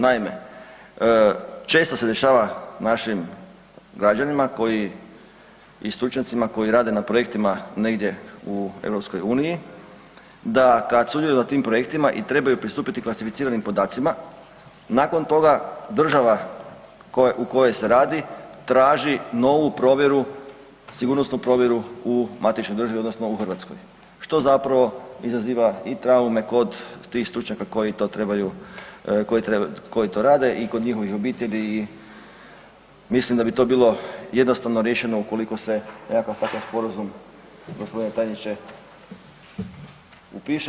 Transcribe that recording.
Naime, često se dešava našim građanima koji i stručnjacima koji rade na projektima negdje u EU da kad sudjeluju na tim projektima i trebaju pristupiti klasificiranim podacima nakon toga država u kojoj se radi traži novu provjeru, sigurnosnu provjeru u matičnoj državi odnosno u Hrvatskoj, što zapravo izaziva i traume kod tih stručnjaka koji to rade i kod njihovih obitelji i mislim da bi to bilo jednostavno riješeno ukoliko se nekakav takav sporazum g. tajniče upiše.